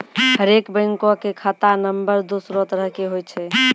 हरेक बैंको के खाता नम्बर दोसरो तरह के होय छै